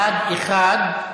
בעד, אחד,